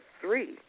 three